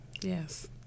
Yes